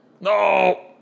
no